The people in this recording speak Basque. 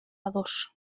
ados